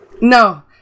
No